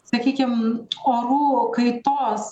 sakykim orų kaitos